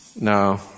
No